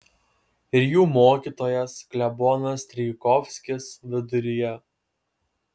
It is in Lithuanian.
ir jų mokytojas klebonas strijkovskis viduryje